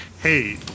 hey